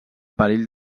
perill